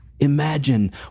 Imagine